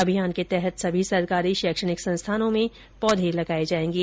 अभियान के तहत सभी सरकारी शैक्षणिक संस्थानों में पौधे लगाये जायेंगे